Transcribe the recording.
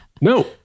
No